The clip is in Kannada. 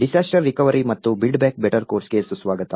ಡಿಸಾಸ್ಟರ್ ರಿಕವರಿ ಮತ್ತು ಬಿಲ್ಡ್ ಬ್ಯಾಕ್ ಬೆಟರ್ ಕೋರ್ಸ್ಗೆ ಸುಸ್ವಾಗತ